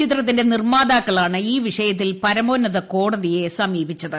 ചിത്രത്തിന്റെ നിർമ്മാതാക്കളാണ് ഈ വിഷയത്തിൽ പരമോന്നത കോടതിയെ സമീപിച്ചത്